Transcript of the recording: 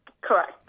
Correct